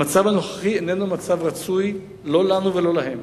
המצב הנוכחי אינו מצב רצוי לא לנו ולא להם.